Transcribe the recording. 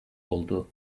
oldu